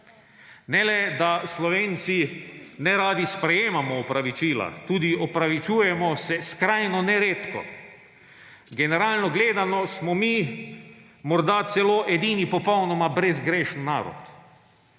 Ne le da Slovenci neradi sprejemamo opravičila, tudi opravičujemo se skrajno neredko. Generalno gledano, smo mi morda celo edini popolnoma brezgrešen narod.